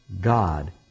God